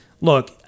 look